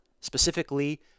specifically